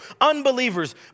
Unbelievers